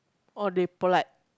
oh they polite